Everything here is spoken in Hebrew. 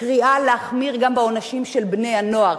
קריאה להחמיר גם בעונשים של בני-הנוער,